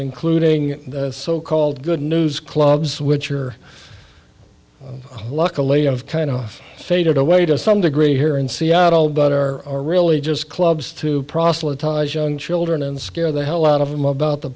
including the so called good news clubs which are luckily of kind of faded away to some degree here in seattle but are really just clubs to proselytize young children and scare the hell out of them about the